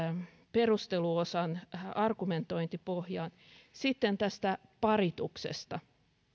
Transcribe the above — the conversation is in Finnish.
perusteluosan argumentointipohjaan sitten tästä parituksesta